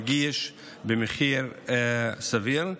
נגיש במחיר סביר.